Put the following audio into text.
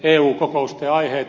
eläkeiän nosto